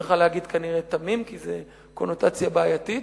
עצמך כנראה "תמים", כי זו קונוטציה בעייתית,